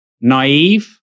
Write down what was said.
naive